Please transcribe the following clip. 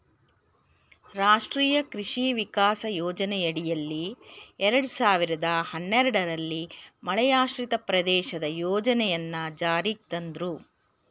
ರಾಷ್ಟ್ರೀಯ ಕೃಷಿ ವಿಕಾಸ ಯೋಜನೆಯಡಿಯಲ್ಲಿ ಎರಡ್ ಸಾವಿರ್ದ ಹನ್ನೆರಡಲ್ಲಿ ಮಳೆಯಾಶ್ರಿತ ಪ್ರದೇಶದ ಯೋಜನೆನ ಜಾರಿಗ್ ತಂದ್ರು